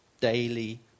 daily